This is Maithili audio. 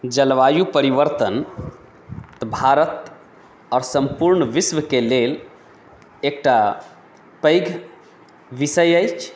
जलवायु परिवर्तन तऽ भारत आओर सम्पूर्ण विश्वके लेल एकटा पैघ विषय अछि